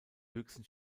höchsten